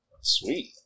Sweet